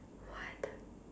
what